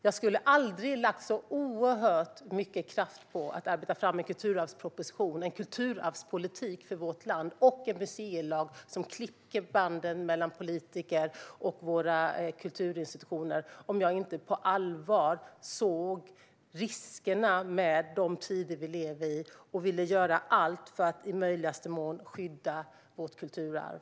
Jag skulle aldrig lagt så oerhört mycket kraft på att arbeta fram en kulturarvsproposition, en kulturarvspolitik för vårt land och en museilag som klipper banden mellan politiker och våra kulturinstitutioner om jag inte på allvar såg riskerna med de tider vi lever i och ville göra allt för att i möjligaste mån skydda vårt kulturarv.